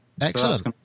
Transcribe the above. Excellent